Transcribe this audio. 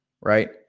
right